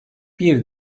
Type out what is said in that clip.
bir